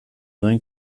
duen